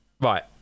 Right